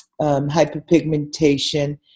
hyperpigmentation